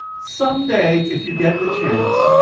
someday, if you get the chance,